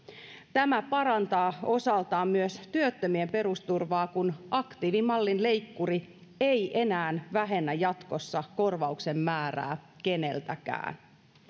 tämä parantaa osaltaan myös työttömien perusturvaa kun aktiivimallin leikkuri ei enää vähennä jatkossa korvauksen määrää keneltäkään